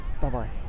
Bye-bye